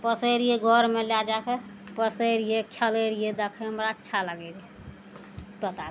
पोसय रहियि घरमे लए जाकऽ पोसय रहियइ खेलय रहियइ देखयमे बड़ा अच्छा लागय रहय तोताके